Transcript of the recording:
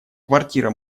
квартира